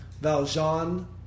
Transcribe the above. Valjean